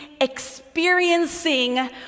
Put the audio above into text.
experiencing